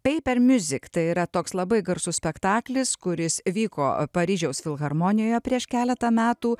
paper music tai yra toks labai garsus spektaklis kuris vyko paryžiaus filharmonijoje prieš keletą metų